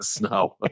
No